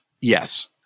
Yes